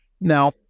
Now